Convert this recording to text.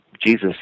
Jesus